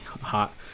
hot